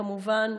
כמובן,